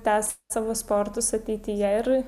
tęs savo sportus ateityje ir